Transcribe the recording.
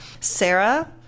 Sarah